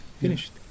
finished